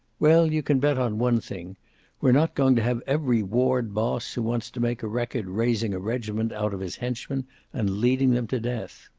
well, you can bet on one thing we're not going to have every ward boss who wants to make a record raising a regiment out of his henchmen and leading them to death.